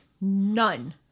None